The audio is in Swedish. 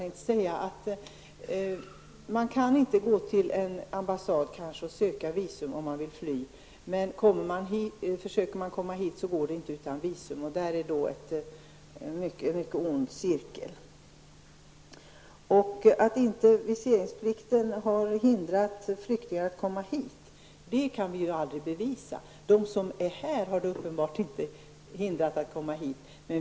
Man kan visserligen inte gå till en ambassad och söka visum om man vill fly, men om man försöker komma hit så går det inte utan visum. Det blir en mycket ond cirkel. Att viseringsplikten inte har hindrat flyktingar från att komma hit kan vi aldrig bevisa. De som är här har uppenbarligen inte hindrats att komma hit.